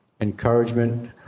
encouragement